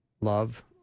love